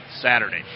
Saturday